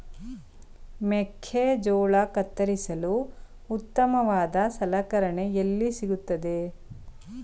ಮೆಕ್ಕೆಜೋಳ ಕತ್ತರಿಸಲು ಉತ್ತಮವಾದ ಸಲಕರಣೆ ಎಲ್ಲಿ ಸಿಗುತ್ತದೆ?